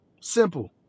Simple